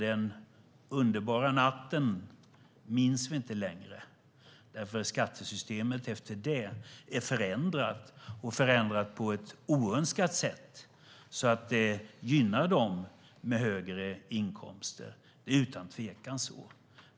Den underbara natten minns vi inte längre. Skattesystemet förändrades efter den natten - på ett oönskat sätt - så att det gynnar dem med högre inkomster. Det är utan tvivel så.